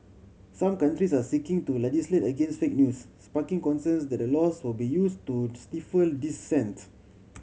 some countries are seeking to legislate against fake news sparking concerns that the laws will be used to stifle dissent